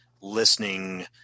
listening